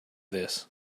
this